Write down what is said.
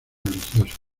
religiosas